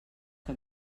que